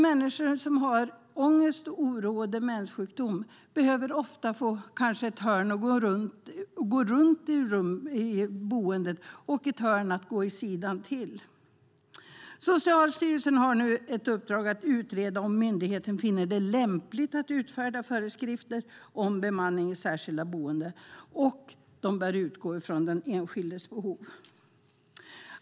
Människor som har ångest, oro och demenssjukdom behöver ofta kanske ett hörn att gå åt sidan till. Socialstyrelsen får nu ett uppdrag att utreda och om myndigheten finner det lämpligt att utfärda föreskrifter om bemanning i särskilda boenden, och de bör utgå från den enskildes behov.